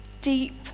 Deep